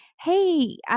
Hey